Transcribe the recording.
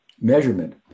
measurement